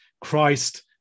Christ